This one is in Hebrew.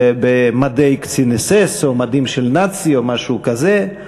במדי קצין אס.אס או מדים של נאצי או משהו כזה,